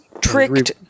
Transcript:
Tricked